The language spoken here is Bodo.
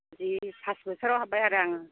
बिदि पास बोसोराव हाबबाय आरो आं